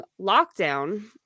lockdown